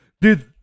Dude